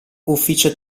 ufficio